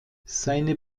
seine